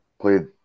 Played